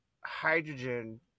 hydrogen